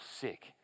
sick